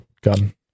gun